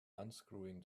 unscrewing